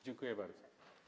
Dziękuję bardzo.